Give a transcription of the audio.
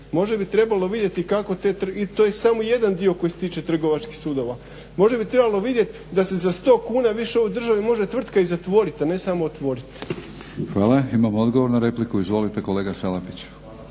Možda bi trebalo vidjeti kako te i to je samo jedan dio koji se tiče trgovačkih sudova. Možda bi trebalo vidjet da se za sto kuna više u ovoj državi može tvrtka i zatvorit, a ne samo otvorit. **Batinić, Milorad (HNS)** Hvala. Imamo odgovor na repliku, izvolite kolega Salapić.